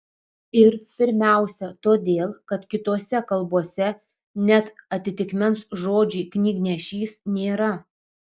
ir pirmiausia todėl kad kitose kalbose net atitikmens žodžiui knygnešys nėra